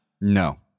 No